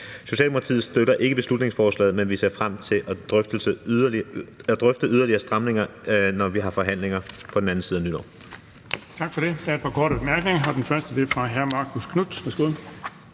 Socialdemokratiet støtter ikke beslutningsforslaget, men vi ser frem til at drøfte yderligere stramninger, når vi har forhandlinger på den anden side af nytår.